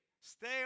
Stay